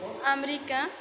America